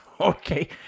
okay